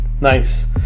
Nice